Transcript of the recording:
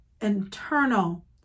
internal